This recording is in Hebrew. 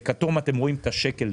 בצבע הכתום אתם רואים את השקל-דולר,